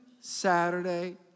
Saturday